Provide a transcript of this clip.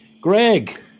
Greg